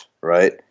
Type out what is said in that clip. right